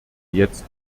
jetzt